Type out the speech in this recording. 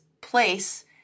place